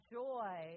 joy